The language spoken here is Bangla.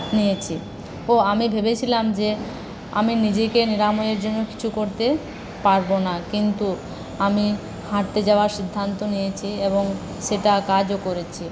নিয়েছি ও আমি ভেবেছিলাম যে আমি নিজেকে নিরাময়ের জন্য কিছু করতে পারবো না কিন্তু আমি হাঁটতে যাবার সিদ্ধান্ত নিয়েছি এবং সেটা কাজও করেছে